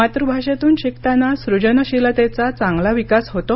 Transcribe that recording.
मातृभाषेतून शिकताना सृजनशीलतेचा चांगला विकास होतो